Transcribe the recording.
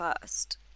first